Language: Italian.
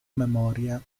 memoria